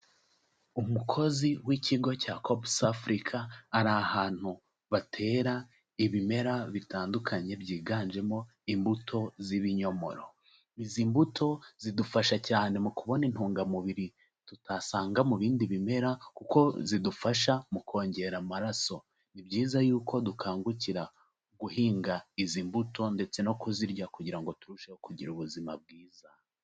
Umukozi w'ikigo cya Copsafrica ari ahantu batera ibimera bitandukanye byiganjemo imbuto z'ibinyomoro. Izi mbuto zidufasha cyane mu kubona intungamubiri tutasanga mu bindi bimera kuko zidufasha mu kongera amaraso, ni byiza yuko dukangukira guhinga izi mbuto ndetse no kuzirya kugira ngo turusheho kugira ubuzima bwiza.